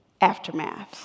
aftermaths